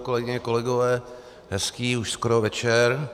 Kolegyně, kolegové, hezký už skoro večer.